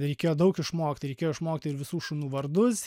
reikėjo daug išmokti reikėjo išmokti ir visų šunų vardus